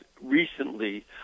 recently